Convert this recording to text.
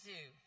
Zoo